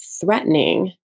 threatening